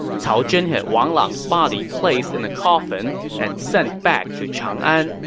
cao zhen had wang lang's body placed in a coffin and sent back to changan.